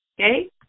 Okay